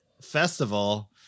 festival